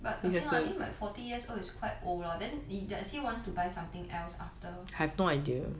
but okay lah I mean like forty years old is quite old lah then does he wants to buy something else after